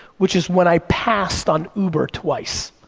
which is when i passed on uber, twice.